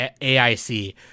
AIC